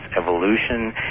evolution